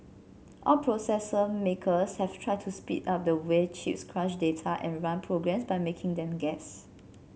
all processor makers have tried to speed up the way chips crunch data and run programs by making them guess